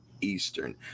Eastern